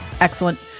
excellent